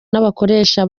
n’abakoresha